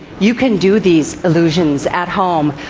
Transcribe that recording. you can do these illusions at home.